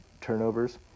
turnovers